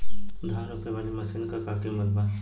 धान रोपे वाली मशीन क का कीमत बा?